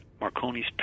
Marconi's